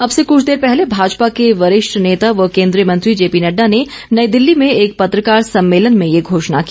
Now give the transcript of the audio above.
अब से कुछ देर पहले भाजपा के वरिष्ठ नेता व केंद्रीय मंत्री जेपी नड्डा ने नई दिल्ली में एक पत्रकार सम्मेलन में ये घोषणा की